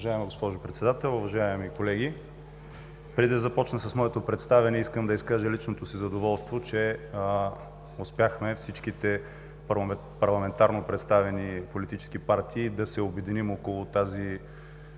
Уважаема госпожо Председател, уважаеми колеги! Преди да започна с моето представяне искам да изкажа личното си задоволство, че успяхме всичките парламентарно представени политически партии да се обединим около тази